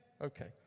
Okay